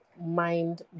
mind